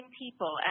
people